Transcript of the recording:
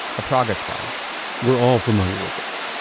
a progress bar we're all familiar with this.